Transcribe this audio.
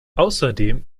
außerdem